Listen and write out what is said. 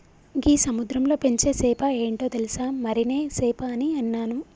గీ సముద్రంలో పెంచే సేప ఏంటో తెలుసా, మరినే సేప అని ఇన్నాను